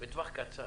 בטווח זמן קצר,